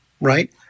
right